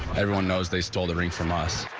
everyone knows they stole during from us.